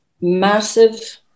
massive